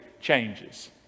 changes